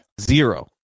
zero